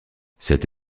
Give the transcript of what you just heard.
cette